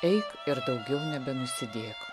eik ir daugiau nebenusidėk